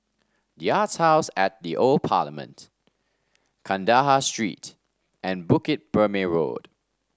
the Arts House at The Old Parliament Kandahar Street and Bukit Purmei Road